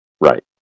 right